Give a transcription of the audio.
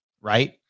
right